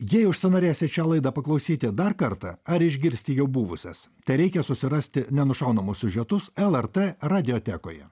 jei užsinorėsit šią laidą paklausyti dar kartą ar išgirsti jau buvusias tereikia susirasti nenušaunamus siužetus lrt radiotekoje